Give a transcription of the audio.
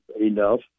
enough